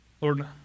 Lord